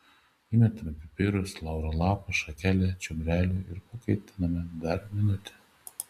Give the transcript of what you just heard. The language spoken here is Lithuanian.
įmetame pipirus lauro lapą šakelę čiobrelių ir pakaitiname dar minutę